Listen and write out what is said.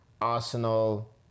arsenal